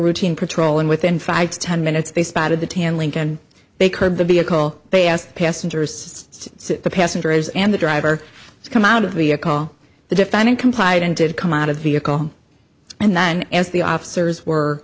routine patrol and within five to ten minutes they spotted the tan lincoln they could the vehicle they asked passengers the passengers and the driver to come out of the vehicle the defendant complied and did come out of vehicle and then as the officers were